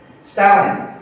Stalin